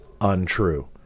untrue